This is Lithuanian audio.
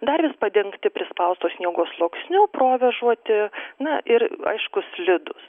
dar ir padengti prispausto sniego sluoksniu provėžuoti na ir aišku slidūs